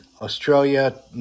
australia